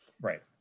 right